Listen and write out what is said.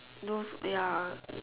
those ya